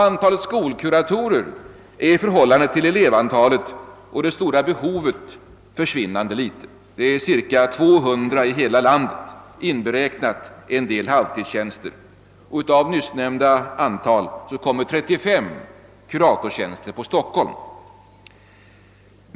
Antalet skolkuratorer är i förhållande till elevantalet och det stora behovet försvinnande litet — cirka 200 i hela landet inberäknat en del halvtidstjänster. Av detta antal kommer 35 kuratorstjänster på Stockholm.